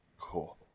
Cool